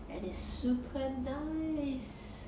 and is super nice